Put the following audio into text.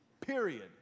period